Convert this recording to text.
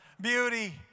beauty